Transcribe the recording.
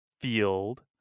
field